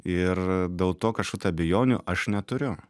ir dėl to kažkokių tai abejonių aš neturiu